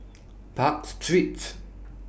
Park Street